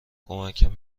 کمکم